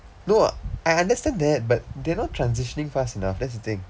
no I understand that but they're not transitioning fast enough that's the thing